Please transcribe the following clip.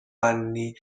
anni